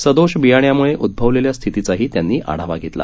सदोष बियाण्यामुळे उद्भवलेल्या स्थितीचाही त्यांनी आढावा घेतला